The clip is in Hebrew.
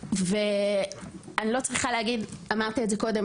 אני לא צריכה להגיד אמרת את זה קודם,